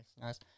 nice